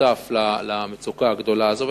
נוסף למצוקה הגדולה הזו.